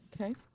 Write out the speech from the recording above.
Okay